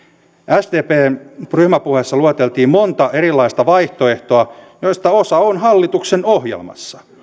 sdpn ryhmäpuheessa lueteltiin monta erilaista vaihtoehtoa joista osa on hallituksen ohjelmassa